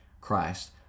Christ